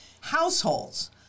Households